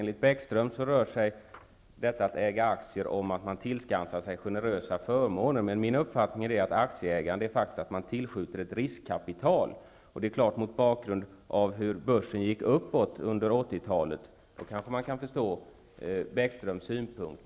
Enligt Lars Bäckström handlar aktieinnehavet om att man tillskansar sig generösa förmåner. Men jag menar att aktieägandet faktiskt innebär att ett riskkapital tillskjuts. Mot bakgrund av den uppgång som var på börsen under 80-talet kan man kanske förstå Lars Bäckströms synpunkt.